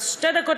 אז שתי דקות,